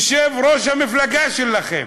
יושב-ראש המפלגה שלכם,